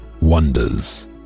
wonders